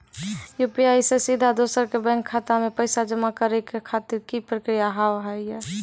UPI से सीधा दोसर के बैंक खाता मे पैसा जमा करे खातिर की प्रक्रिया हाव हाय?